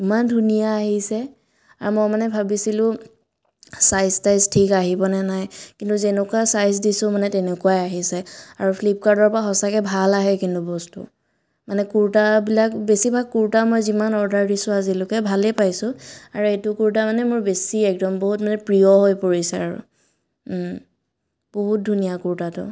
ইমান ধুনীয়া আহিছে আৰু মই মানে ভাবিছিলোঁ চাইজ তাইজ ঠিক আহিবনে নাই কিন্তু যেনেকুৱা চাইজ দিছোঁ মানে তেনেকুৱাই আহিছে আৰু ফ্লিপকাৰ্টৰ পৰা সঁচাকৈ ভাল আহে কিন্তু বস্তু মানে কুৰ্তাবিলাক বেছিভাগ কুৰ্তা মই যিমান অৰ্ডাৰ দিছোঁ আজিলৈকে ভালেই পাইছোঁ আৰু এইটো কুৰ্তা মানে মোৰ বেছি একদম বহুত মানে প্ৰিয় হৈ পৰিছে আৰু বহুত ধুনীয়া কুৰ্তাটো